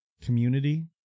community